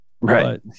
Right